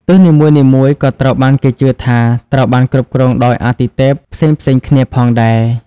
ទិសនីមួយៗក៏ត្រូវបានគេជឿថាត្រូវបានគ្រប់គ្រងដោយអាទិទេពផ្សេងៗគ្នាផងដែរ។